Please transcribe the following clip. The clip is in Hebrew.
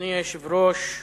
אדוני היושב-ראש,